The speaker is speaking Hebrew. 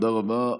תודה רבה.